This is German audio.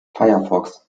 firefox